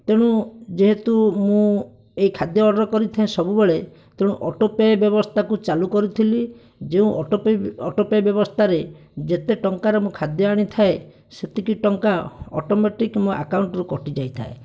ତେଣୁ ଯେହେତୁ ମୁଁ ଏହି ଖାଦ୍ୟ ଅର୍ଡ଼ର କରିଥାଏ ସବୁବେଳେ ତେଣୁ ଅଟୋ ପେ ବ୍ୟବସ୍ଥାକୁ ଚାଲୁ କରିଥିଲି ଯେଉଁ ଅଟୋ ଅଟୋ ପେ ବ୍ୟବସ୍ଥାରେ ଯେତେ ଟଙ୍କାରେ ମୁଁ ଖାଦ୍ୟ ଆଣିଥାଏ ସେତିକି ଟଙ୍କା ଅଟୋମେଟିକ ମୋ ଆକାଉଣ୍ଟରୁ କଟି ଯାଇଥାଏ